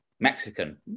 Mexican